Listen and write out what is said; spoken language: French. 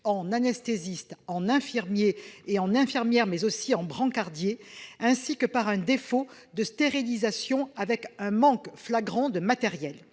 d'anesthésistes, d'infirmiers et d'infirmières, mais aussi de brancardiers, et par un défaut de stérilisation avec un manque flagrant de matériel.